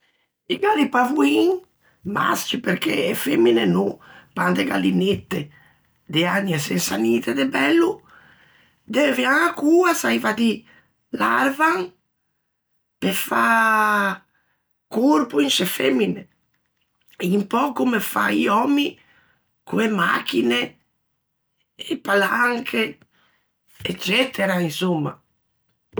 I galli pavoin, mascci perché e femine no, pan de gallinette, de anie sensa ninte de bello, deuvian a coa, saiva à dî l'arvan, pe fâ corpo in scê femine, un pö comme fan i òmmi co-e machine, e palanche, eccetera, insomma.